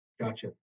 Gotcha